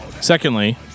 Secondly